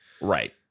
Right